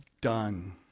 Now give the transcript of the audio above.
done